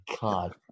god